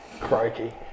Crikey